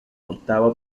octava